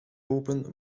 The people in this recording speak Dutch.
open